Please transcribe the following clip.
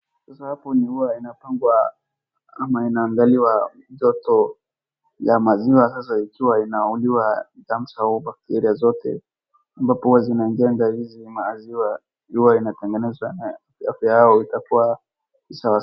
Sasa hapo huwa inapangwa ama inaangaliwa joto ya maziwa sasa ikiwa inauliwa germs au bakteria zote ambapo huwa zinaingianga hizi maziwa huwa inatengeneza afya yao itakuwa sawa.